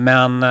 Men